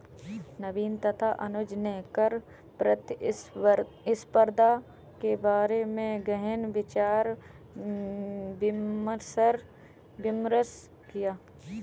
नवीन तथा अनुज ने कर प्रतिस्पर्धा के बारे में गहन विचार विमर्श किया